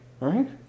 Right